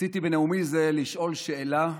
רציתי בנאומי זה לשאול שאלה בסיסית.